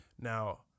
Now